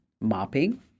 mopping